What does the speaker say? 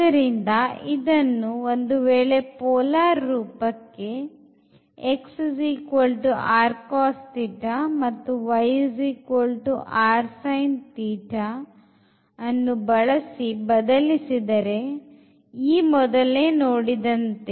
ಆದ್ದರಿಂದ ಇದನ್ನು ಒಂದು ವೇಳೆ ಪೋಲಾರ್ ರೂಪಕ್ಕೆ x ಮತ್ತುy ಅನ್ನು ಬಳಸಿ ಬದಲಿಸಿದರೆ ಈ ಮೊದಲೇ ನೋಡಿದಂತೆ